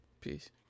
Peace